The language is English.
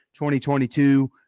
2022